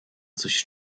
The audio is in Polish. coś